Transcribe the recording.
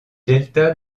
delta